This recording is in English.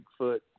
Bigfoot